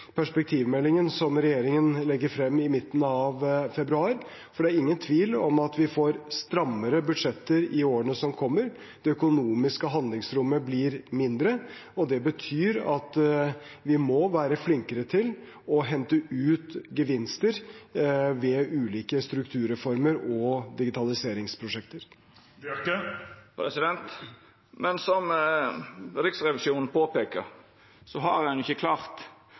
perspektivmeldingen som regjeringen legger frem i midten av februar, for det er ingen tvil om at vi får strammere budsjetter i årene som kommer. Det økonomiske handlingsrommet blir mindre, og det betyr at vi må være flinkere til å hente ut gevinster ved ulike strukturreformer og digitaliseringsprosjekter. Men som Riksrevisjonen påpeikar, har ein ikkje klart